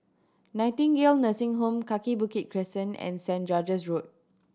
Nightingale Nursing Home Kaki Bukit Crescent and Saint George's Road